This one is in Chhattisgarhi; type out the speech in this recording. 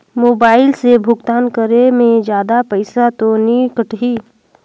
मोबाइल से भुगतान करे मे जादा पईसा तो नि कटही?